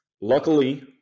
Luckily